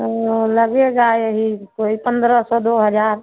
तो लगेगा यही कोई पंद्रह सौ दो हज़ार